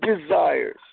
desires